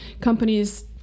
companies